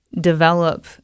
develop